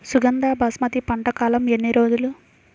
సుగంధ బాస్మతి పంట కాలం ఎన్ని రోజులు?